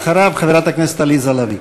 אחריו, חברת הכנסת עליזה לביא.